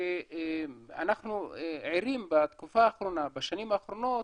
שאנחנו ערים בתקופה האחרונה, בשנים האחרונות,